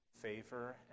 favor